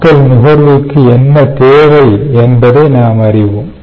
மக்கள் நுகர்வுக்கு என்ன தேவை என்பதை நாம் அறிவோம்